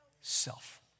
self